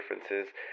differences